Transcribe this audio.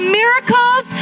miracles